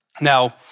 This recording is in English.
Now